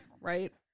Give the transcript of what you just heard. Right